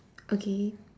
okay